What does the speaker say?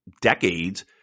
decades